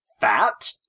fat